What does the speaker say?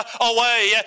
away